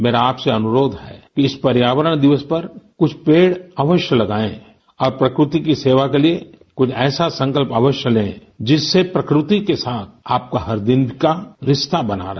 मेरा आपसे अनुरोध है कि इस पर्यावरण दिवस पर कुछ पेड़ अवश्य लगाएं और प्रकृति की सेवा के लिए कुछ ऐसा संकल्प अवश्य लें जिससे प्रकृत के साथ आपका हर दिन का रिश्ता बना रहे